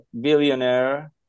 billionaire